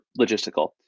logistical